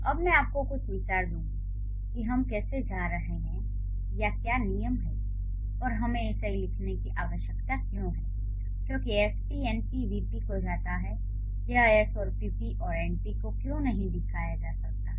अब मैं आपको कुछ विचार दूंगा कि हम कैसे जा रहे हैं या क्या नियम हैं और हमें इसे लिखने की आवश्यकता क्यों है क्योंकि एसपी एनपी वीपी को जाता है यह एस और पीपी और एनपी को क्यों नहीं दिया जा सकता है